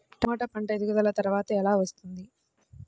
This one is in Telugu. టమాట పంట ఎదుగుదల త్వరగా ఎలా వస్తుంది?